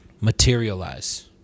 materialize